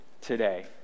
today